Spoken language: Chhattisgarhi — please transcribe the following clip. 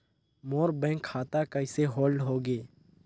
मोर बैंक खाता कइसे होल्ड होगे?